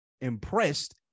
impressed